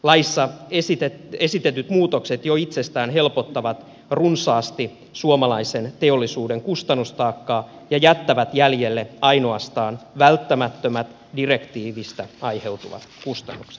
laissa esitetyt muutokset jo itsestään helpottavat runsaasti suomalaisen teollisuuden kustannustaakkaa ja jättävät jäljelle ainoastaan välttämättömät direktiivistä aiheutuvat kustannukset